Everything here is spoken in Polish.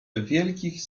wielkich